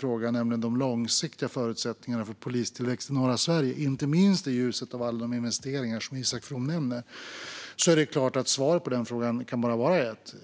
fråga. Det handlar om de långsiktiga förutsättningarna för polistillväxt i norra Sverige, inte minst i ljuset av alla de investeringar som Isak From nämner. Det är klart att det bara kan vara ett svar på den frågan.